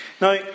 Now